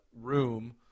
Room